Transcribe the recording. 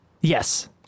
Yes